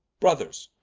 brothers,